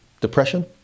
depression